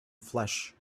flesh